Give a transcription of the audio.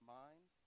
mind